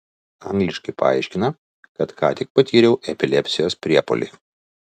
angliškai paaiškina kad ką tik patyriau epilepsijos priepuolį